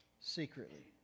secretly